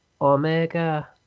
Omega